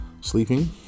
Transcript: sleeping